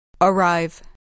Arrive